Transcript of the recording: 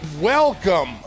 Welcome